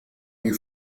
you